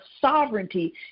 sovereignty